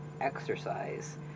exercise